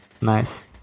nice